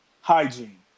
hygiene